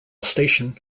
station